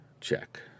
check